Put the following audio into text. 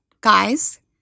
guys